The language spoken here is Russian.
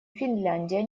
финляндия